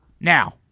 Now